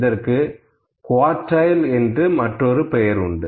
இதற்கு குவார்டைல் என்று மற்றொரு பெயர் உண்டு